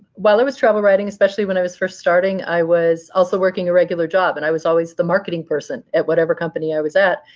while i was travel writing, especially when i was first starting, i was also working a regular job. and i was always the marketing person at whatever company i was at.